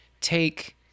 take